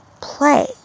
play